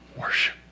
Worship